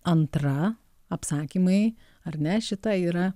antra apsakymai ar ne šita yra